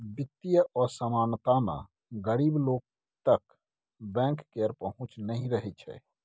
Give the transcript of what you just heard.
बित्तीय असमानता मे गरीब लोक तक बैंक केर पहुँच नहि रहय छै